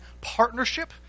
partnership